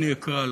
אני אקרא לה,